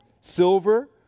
silver